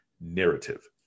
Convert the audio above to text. narrative